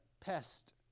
pest